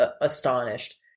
astonished